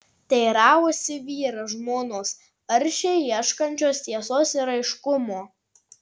teiravosi vyras žmonos aršiai ieškančios tiesos ir aiškumo